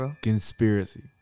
Conspiracy